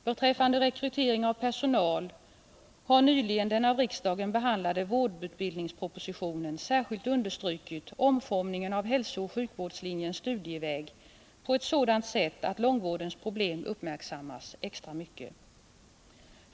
Beträffande rekrytering av personal har nyligen i den av riksdagen behandlade vårdutbildningspropositionen särskilt understrukits omformningen av hälsooch sjukvårdslinjens studieväg på ett sådant sätt att långvårdens problem uppmärksammas extra mycket.